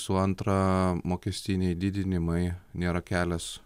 visų antra mokestiniai didinimai nėra kelias